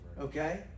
okay